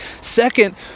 Second